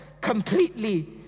completely